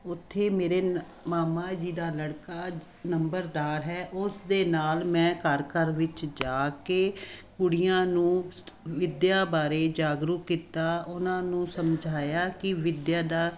ਉੱਥੇ ਮੇਰੇ ਨ ਮਾਮਾ ਜੀ ਦਾ ਲੜਕਾ ਨੰਬਰਦਾਰ ਹੈ ਉਸ ਦੇ ਨਾਲ ਮੈਂ ਘਰ ਘਰ ਵਿੱਚ ਜਾ ਕੇ ਕੁੜੀਆਂ ਨੂੰ ਵਿੱਦਿਆ ਬਾਰੇ ਜਾਗਰੂਕ ਕੀਤਾ ਉਹਨਾਂ ਨੂੰ ਸਮਝਾਇਆ ਕਿ ਵਿੱਦਿਆ ਦਾ